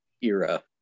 era